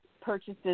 purchases